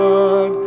God